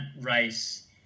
race